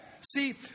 See